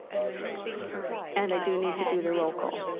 yeah and i do need to do the roll call.